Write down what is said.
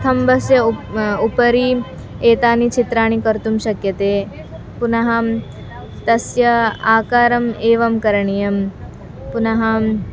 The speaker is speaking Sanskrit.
स्तम्भस्य उपरि एतानि चित्राणि कर्तुं शक्यते पुनः तस्य आकारम् एवं करणीयं पुनः